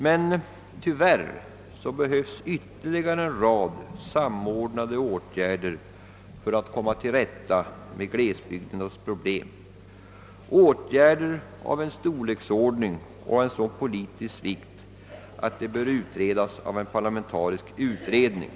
Men tyvärr behövs ytterligare en rad samordnade åtgärder för att man skall kunna komma till rätta med glesbygdernas problem, åtgärder av en storleksordning och av sådan politisk vikt, att de bör utredas av en parlamentarisk utredning.